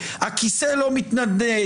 הכיסא לא מתנדנד,